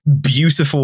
beautiful